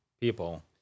people